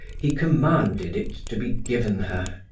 he commanded it to be given her.